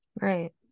Right